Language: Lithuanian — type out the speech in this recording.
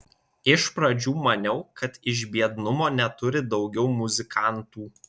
iš pradžių maniau kad iš biednumo neturi daugiau muzikantų